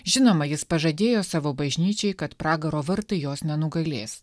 žinoma jis pažadėjo savo bažnyčiai kad pragaro vartai jos nenugalės